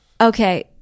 Okay